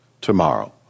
tomorrow